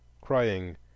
crying